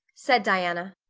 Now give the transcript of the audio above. said diana,